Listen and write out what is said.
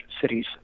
cities